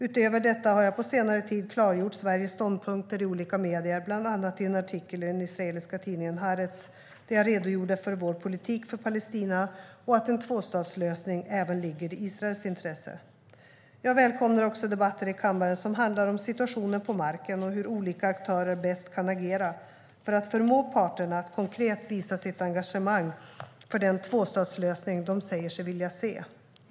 Utöver detta har jag på senare tid klargjort Sveriges ståndpunkter i olika medier, bland annat i en artikel i den israeliska tidningen Haaretz, där jag redogjorde för hur vår politik för Palestina och att en tvåstatslösning även ligger i Israels intresse. Jag välkomnar också debatter i kammaren som handlar om situationen på marken och hur olika aktörer bäst kan agera för att förmå parterna att konkret visa sitt engagemang för den tvåstatslösning de säger sig vilja se.